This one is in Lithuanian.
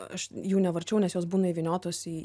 aš jų nevarčiau nes jos būna įvyniotos į